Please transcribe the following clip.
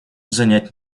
занять